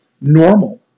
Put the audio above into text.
normal